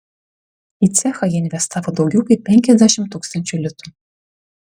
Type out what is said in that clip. į cechą jie investavo daugiau kaip penkiasdešimt tūkstančių litų